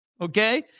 Okay